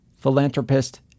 philanthropist